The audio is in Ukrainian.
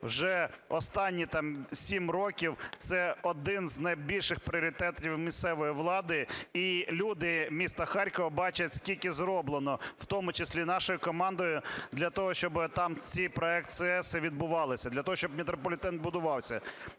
вже останні там 7 років – це один з найбільших пріоритетів місцевої влади. І люди міста Харкова бачать, скільки зроблено, в тому числі нашою командою, для того, щоби там ці процеси відбувалися, для того, щоб метрополітен будувався.